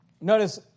Notice